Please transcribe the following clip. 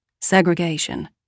Segregation